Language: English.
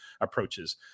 approaches